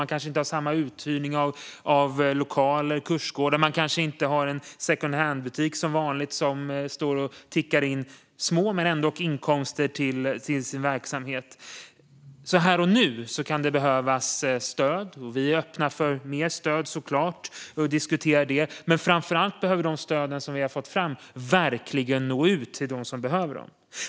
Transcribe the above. Man kanske inte har samma uthyrning av lokaler, av kursgårdar. Man kanske inte har samma små men ändock inkomster till verksamheten som brukar ticka in från secondhandbutiken. Här och nu kan det alltså behövas stöd. Vi är såklart öppna för mer stöd och för att diskutera det. Men framför allt behöver de stöd vi tagit fram verkligen nå ut till dem som behöver dem.